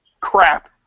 Crap